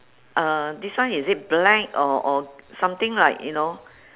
uh this one is it black or or something like you know